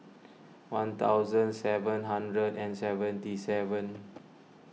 one thousand seven hundred and seventy seven